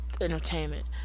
entertainment